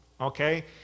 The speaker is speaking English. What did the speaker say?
okay